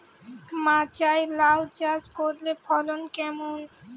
মাচায় লাউ চাষ করলে ফলন কেমন?